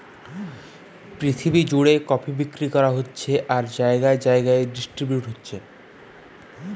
পৃথিবী জুড়ে কফি বিক্রি করা হচ্ছে আর জাগায় জাগায় ডিস্ট্রিবিউট হচ্ছে